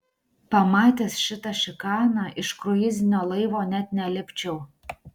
pamatęs šitą šikaną iš kruizinio laivo net nelipčiau